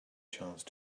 chance